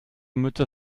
mütter